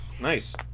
Nice